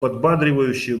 подбадривающе